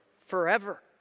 Forever